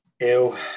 ew